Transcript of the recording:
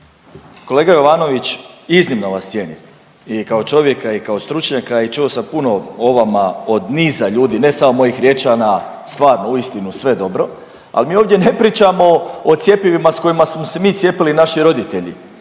Kolega Jovanović iznimno vas cijenim i kao čovjeka i kao stručnjaka i čuo sam puno o vama od niza ljudi ne samo mojih Riječana, stvarno uistinu sve dobro. Ali mi ovdje ne pričamo o cjepivima s kojima smo se mi cijepili, naši roditelji,